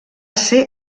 ser